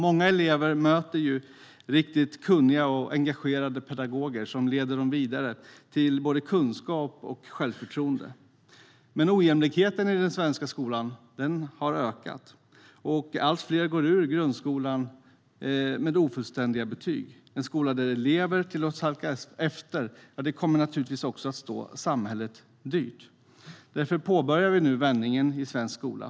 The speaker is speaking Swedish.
Många elever möter riktigt kunniga och engagerade pedagoger som leder dem vidare till både kunskap och självförtroende. Men ojämlikheten i den svenska skolan har ökat, och allt fler går ut grundskolan med ofullständiga betyg. En skola där elever tillåts halka efter och slås ut kommer naturligtvis att stå samhället dyrt. Därför påbörjar vi nu vändningen i svensk skola.